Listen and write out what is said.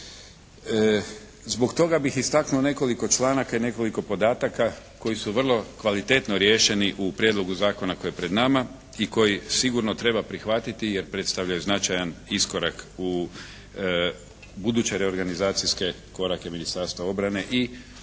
Zbog toga bih istaknuo nekoliko članaka i nekoliko podataka koji su vrlo kvalitetno riješeni u prijedlogu zakona koji je pred nama i koji sigurno treba prihvatiti, jer predstavljaju značajan iskorak u buduće reorganizacijske korake Ministarstva obrane i Oružanih